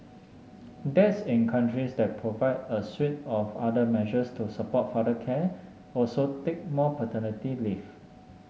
dads in countries that provide a suite of other measures to support father care also take more paternity leave